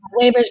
waivers